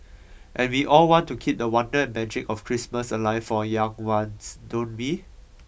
and we all want to keep the wonder and magic of Christmas alive for young ones don't we